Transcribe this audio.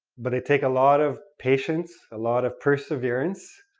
but it takes a lot of patience, a lot of perseverance.